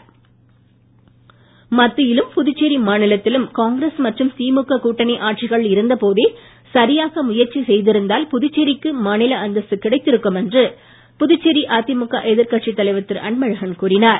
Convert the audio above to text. அன்பழகன் மத்தியிலும் புதுச்சேரி மாநிலத்திலும் காங்கிரஸ் மற்றும் திமுக கூட்டணி ஆட்சிகள் இருந்த போதே சரியாக முயற்சி செய்திருந்தால் புதுச்சேரிக்கு மாநில அந்தஸ்து கிடைத்திருக்கும் என்று புதுச்சேரி அதிமுக எதிர்கட்சி தலைவர் திரு அன்பழகன் கூறினார்